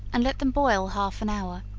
and let them boil half an hour,